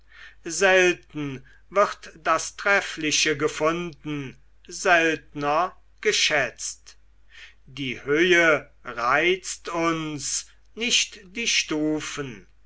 selten wird das treffliche gefunden seltner geschätzt die höhe reizt uns nicht die stufen